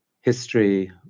history